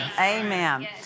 Amen